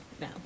no